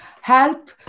help